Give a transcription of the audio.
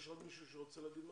יש עוד מישהו שרוצה להגיד משהו?